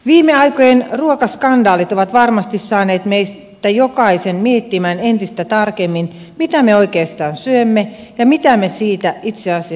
viime aikojen ruokaskandaalit ovat varmasti saaneet meistä jokaisen miettimään entistä tarkemmin mitä me oikeastaan syömme ja mitä me siitä itse asiassa tiedämme